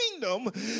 kingdom